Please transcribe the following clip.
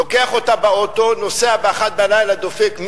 לוקח אותה באוטו, נוסע ב-01:00, דופק.